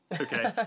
Okay